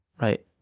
right